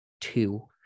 two